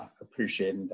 appreciate